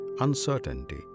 uncertainty